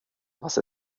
was